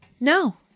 No